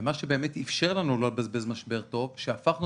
ומה שבאמת אפשר לנו לא לבזבז משבר טוב זה שהפכנו